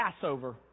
Passover